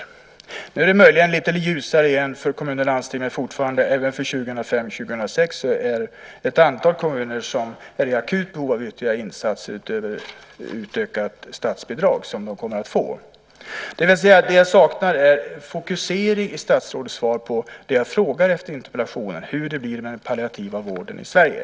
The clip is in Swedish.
Möjligen är det igen lite ljusare för kommuner och landsting, men fortfarande finns det även för åren 2005-2006 ett antal kommuner som kommer att vara i akut behov av ytterligare insatser, utöver det utökade statsbidrag som de kommer att få. Vad jag saknar är alltså en fokusering i statsrådets svar på vad jag frågar om i interpellationen, alltså hur det blir med den palliativa vården i Sverige.